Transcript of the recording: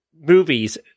movies –